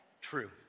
True